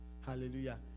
hallelujah